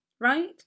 right